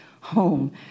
home